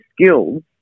skills